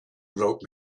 wrote